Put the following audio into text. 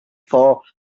for